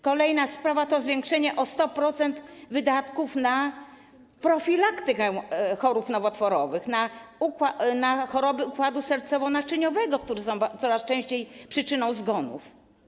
Kolejna sprawa to zwiększenie o 100% wydatków na profilaktykę chorób nowotworowych i chorób układu sercowo-naczyniowego, które są coraz częściej przyczyną zgonów.